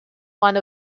one